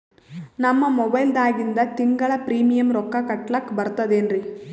ನಮ್ಮ ಮೊಬೈಲದಾಗಿಂದ ತಿಂಗಳ ಪ್ರೀಮಿಯಂ ರೊಕ್ಕ ಕಟ್ಲಕ್ಕ ಬರ್ತದೇನ್ರಿ?